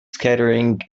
scattering